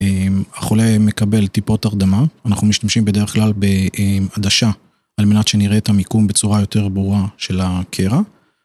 החולה מקבל טיפות הרדמה, אנחנו משתמשים בדרך כלל בעדשה על מנת שנראה את המיקום בצורה יותר ברורה של הקרע.